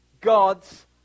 God's